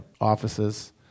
offices